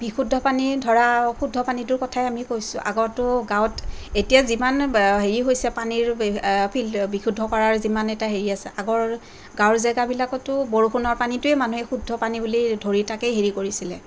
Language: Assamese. বিশুদ্ধ পানী ধৰা শুদ্ধ পানীটোৰ কথাই আমি কৈছোঁ আগততো গাঁৱত এতিয়া যিমান হেৰি হৈছে পানীৰ বিশুদ্ধ কৰাৰ যিমান এটা হেৰি আছে আগৰ গাঁৱৰ জেগাবিলাকতো বৰষুণৰ পানীটোৱে মানুহে শুদ্ধ পানী বুলি ধৰি তাকে হেৰি কৰিছিলে